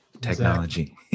technology